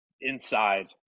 inside